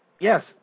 Yes